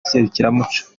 serukiramuco